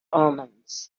omens